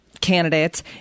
candidates